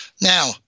Now